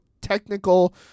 technical